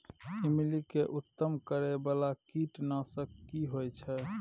ईमली के खतम करैय बाला कीट नासक की होय छै?